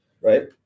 Right